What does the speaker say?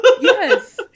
Yes